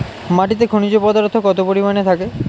মাটিতে খনিজ পদার্থ কত পরিমাণে থাকে?